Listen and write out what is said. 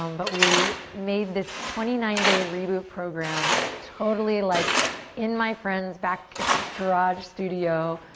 um but we made this twenty nine day reboot program totally like in my friend's back garage studio.